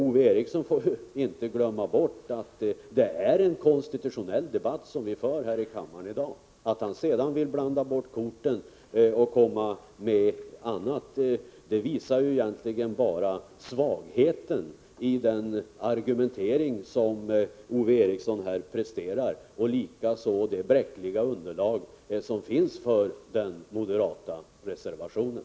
Ove Eriksson får inte glömma bort att det är en konstitutionell debatt som vi för här i kammaren i dag. Att han sedan vill blanda bort korten och komma med annat visar egentligen bara svagheten i den argumentering som Ove Eriksson presterar och likaså det bräckliga underlag som finns för den moderata reservationen.